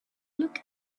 look